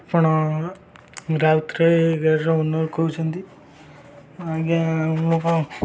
ଆପଣ ରାଉତରାଏ ଗାଡ଼ିର ଓନର୍ କହୁଛନ୍ତି ଆଜ୍ଞା ମୁଁ କ'ଣ